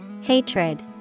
Hatred